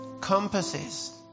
compasses